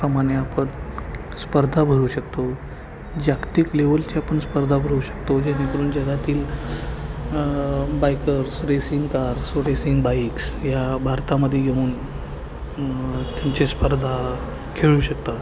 प्रमाणे आपण स्पर्धा भरवू शकतो जागतिक लेवलचे आपण स्पर्धा भरवू शकतो जेणेकरून जगातील bikers racing cars racing bikes या भारतामध्ये येऊन त्यांचे स्पर्धा खेळू शकतात